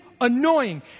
annoying